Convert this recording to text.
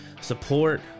support